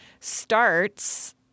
starts